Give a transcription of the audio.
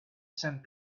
sand